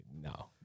No